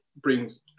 brings